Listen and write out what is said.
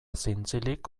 zintzilik